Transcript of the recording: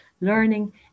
learning